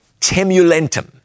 temulentum